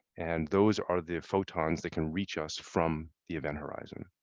and those are the photons that can reach us from the event horizon.